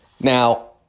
Now